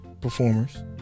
performers